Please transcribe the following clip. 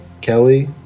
Kelly